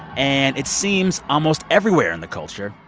and it seems almost everywhere in the culture,